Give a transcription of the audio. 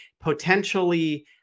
potentially